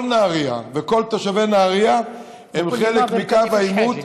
כל נהריה וכל תושבי נהריה הם חלק מקו העימות,